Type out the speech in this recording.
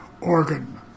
organ